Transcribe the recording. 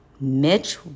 Mitch